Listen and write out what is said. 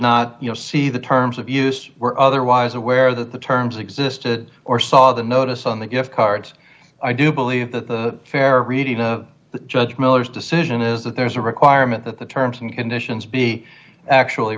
did not see the terms of use were otherwise aware that the terms existed or saw the notice on the gift cards i do believe that the fair reading of the judge miller's decision is that there is a requirement that the terms and conditions be actually